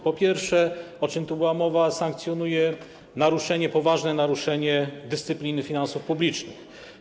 Po pierwsze - o czym tu była mowa - sankcjonuje poważne naruszenie dyscypliny finansów publicznych.